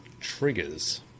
triggers